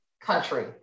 country